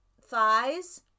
thighs